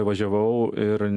važiavau ir